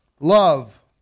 Love